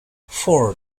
ford